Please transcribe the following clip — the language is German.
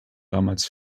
damals